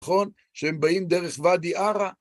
נכון? שהם באים דרך ואדי ערה.